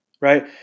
right